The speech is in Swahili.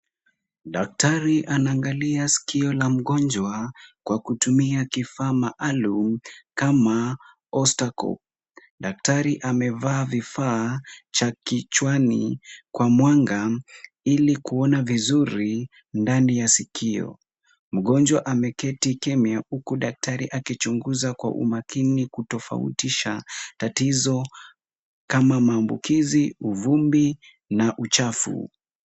Daktari anaangalia sikio la mgonjwa kwa kutumia kifaa maalum kama otoscope , daktari amevaa kifaa cha kichwani kwa mwanga ili kuona vizuri ndani ya sikio, mgonjwa ameketi kimya, huku daktari akichunguza kwa umakini, kutofautisha tatizo kama maambukizi, uvumbi na uchafu.